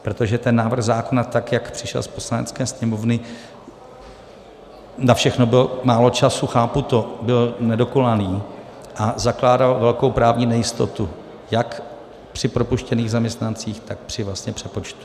Protože ten návrh zákona, tak jak přišel z Poslanecké sněmovny na všechno bylo málo času, chápu to byl nedokonalý a zakládal velkou právní nejistotu jak při propuštěných zaměstnancích, tak při vlastně přepočtu.